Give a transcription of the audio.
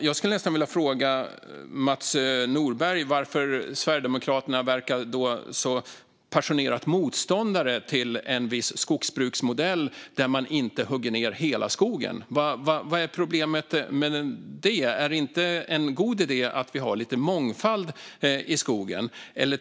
Jag skulle vilja fråga Mats Nordberg varför Sverigedemokraterna verkar vara sådana passionerade motståndare till en viss skogsbruksmodell där man inte hugger ned hela skogen. Vad är problemet med det? Är det inte en god idé att ha lite mångfald i skogen?